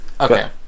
Okay